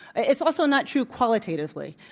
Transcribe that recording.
it's also not true qualitatively.